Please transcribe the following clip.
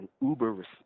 uber